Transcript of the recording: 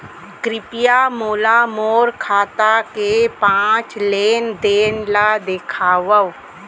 कृपया मोला मोर खाता के पाँच लेन देन ला देखवाव